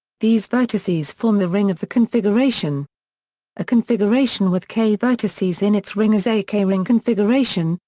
these vertices form the ring of the configuration a configuration with k vertices in its ring is a k-ring configuration,